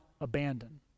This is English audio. abandon